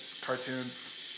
cartoons